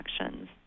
actions